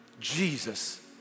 Jesus